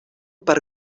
per